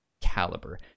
caliber